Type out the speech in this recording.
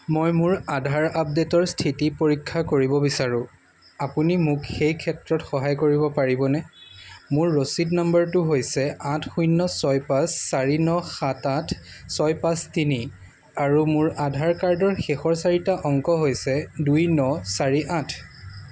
মই মোৰ আধাৰ আপডেটৰ স্থিতি পৰীক্ষা কৰিব বিচাৰোঁ আপুনি মোক সেই ক্ষেত্ৰত সহায় কৰিব পাৰিবনে মোৰ ৰচিদ নম্বৰটো হৈছে আঠ শূন্য ছয় পাঁচ চাৰি ন সাত আঠ ছয় পাঁচ তিনি আৰু মোৰ আধাৰ কাৰ্ডৰ শেষৰ চাৰিটা অংক হৈছে দুই ন চাৰি আঠ